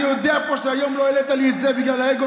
אני יודע שהיום לא העלית לי את זה פה בגלל האגו,